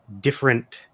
different